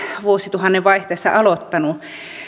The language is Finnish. vuosituhannen vaihteessa aloittanut